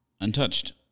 Untouched